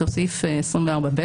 אותו סעיף 24(ב),